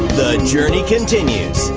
ah journey continues.